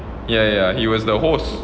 ya ya ya he was the host